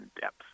depth